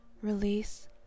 release